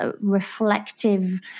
reflective